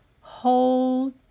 hold